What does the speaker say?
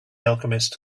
alchemist